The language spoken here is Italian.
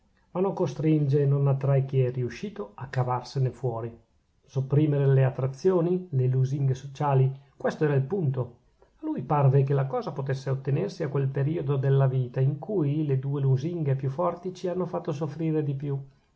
ma non costringe e non attrae chi è riuscito a cavarsene fuori sopprimere le attrazioni le lusinghe sociali questo era il punto a lui parve che la cosa potesse ottenersi a quel periodo della vita in cui le due lusinghe più forti ci hanno fatto soffrire di più